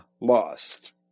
lost